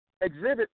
Exhibit